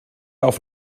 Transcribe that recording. auf